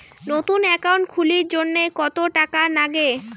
নতুন একাউন্ট খুলির জন্যে কত টাকা নাগে?